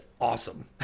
awesome